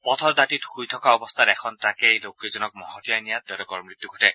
পথৰ দাতিত শুই থকা অৱস্থাত এখন ট্ৰাকে এই লোক কেইজনক মহতিয়াই নিয়াত তেওঁলোকৰ মৃত্যু ঘটে